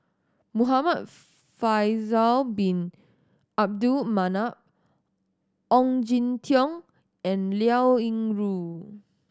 Muhamad Faisal Bin Abdul Manap Ong Jin Teong and Liao Yingru